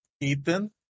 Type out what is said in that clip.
Ethan